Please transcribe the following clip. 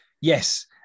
Yes